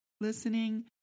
listening